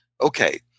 okay